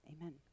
amen